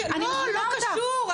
לא קשור,